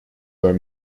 were